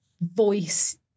voice